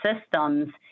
systems